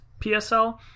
PSL